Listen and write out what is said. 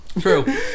True